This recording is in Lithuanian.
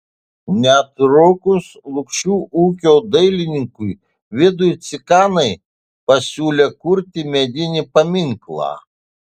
netrukus lukšių ūkio dailininkui vidui cikanai pasiūlė kurti medinį paminklą